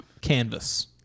Canvas